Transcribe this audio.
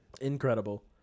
Incredible